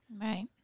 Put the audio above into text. Right